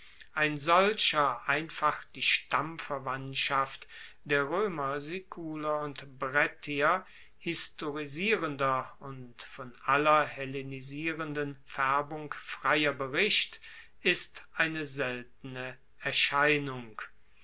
ein solcher einfach die stammverwandtschaft der roemer siculer und brettier historisierender und von aller hellenisierenden faerbung freier bericht ist eine seltene erscheinung